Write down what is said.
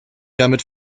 damit